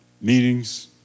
meetings